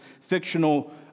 fictional